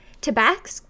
tobacco